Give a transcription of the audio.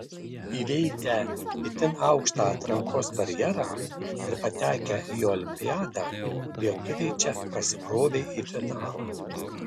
įveikę itin aukštą atrankos barjerą ir patekę į olimpiadą lietuviai čia prasibrovė į finalą